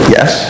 Yes